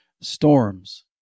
storms